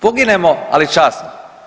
Poginemo, ali časno.